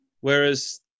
Whereas